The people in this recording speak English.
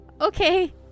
Okay